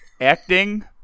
acting